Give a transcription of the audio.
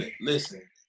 Listen